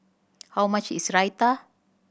how much is Raita